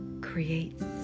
creates